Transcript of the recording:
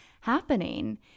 happening